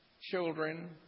children